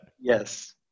Yes